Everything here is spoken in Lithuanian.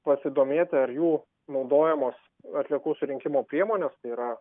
pasidomėti ar jų naudojamos atliekų surinkimo priemonės yra